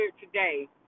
today